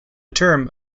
term